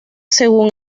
según